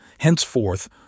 Henceforth